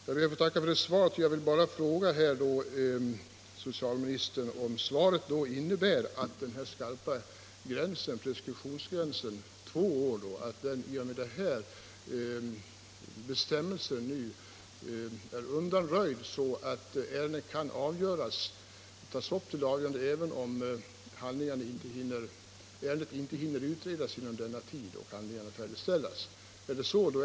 Jag ber att få tacka för det svaret, men då vill jag gärna fråga socialministern om svaret innebär att den skarpa preskriptionsgränsen vid två år i och med dessa bestämmelser undanröjs, så att ett ärende kan tas upp till avgörande även om det inte hinner utredas inom denna tid och handlingarna inte hinner avslutas.